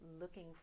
looking